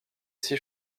six